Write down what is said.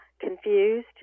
confused